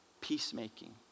peacemaking